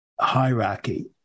hierarchy